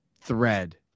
thread